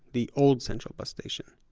the old central bus station.